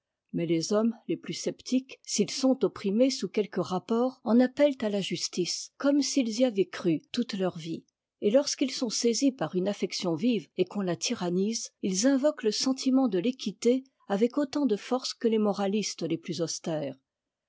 mais les hommes les plus sceptiques s'ils sont opprimés sous quelques rapports en appellent à la justice comme s'ils y avaient cru toute leur vie et lorsqu'ils sont saisis par une affection vive et qu'on la tyrannise ils invoquent le sentiment de l'équité avec autant de force que les moralistes les plus austères